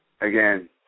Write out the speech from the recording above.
again